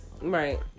Right